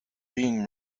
being